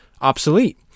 obsolete